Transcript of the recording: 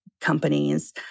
companies